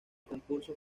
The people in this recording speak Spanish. concurso